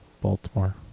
Baltimore